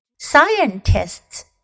Scientists